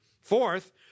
Fourth